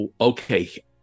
okay